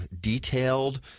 detailed